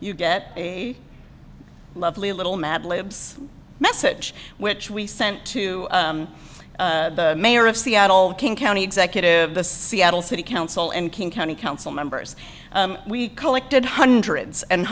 you get a lovely little mad libs message which we sent to the mayor of seattle king county executive the seattle city council and king county council members we collected hundreds and